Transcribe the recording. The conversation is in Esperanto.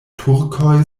turkoj